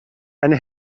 and